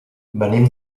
venim